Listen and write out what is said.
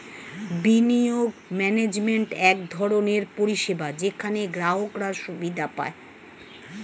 বিনিয়োগ ম্যানেজমেন্ট এক ধরনের পরিষেবা যেখানে গ্রাহকরা সুবিধা পায়